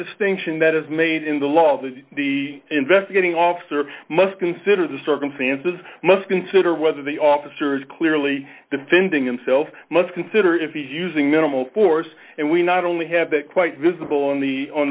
distinction that is made in the law that the investigating officer must consider the circumstances must consider whether the officer is clearly defending himself must consider if he's using minimal force and we not only have that quite visible on the on